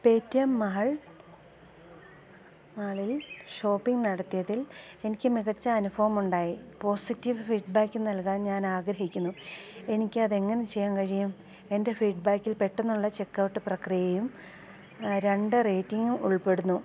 Paytm mall മാളിൽ shopping നടത്തിയതിൽ എനിക്ക് മികച്ച അനുഭവം ഉണ്ടായി പോസിറ്റീവ് ഫീഡ് ബാക്ക് നൽകാൻ ഞാൻ ആഗ്രഹിക്കുന്നു എനിക്ക് അത് എങ്ങനെ ചെയ്യാൻ കഴിയും എൻ്റെ ഫീഡ് ബാക്കിൽ പെട്ടെന്നുള്ള ചെക്ക് ഔട്ട് പ്രക്രിയയും രണ്ട് റേറ്റിങ്ങും ഉൾപ്പെടുന്നു